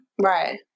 Right